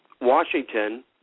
Washington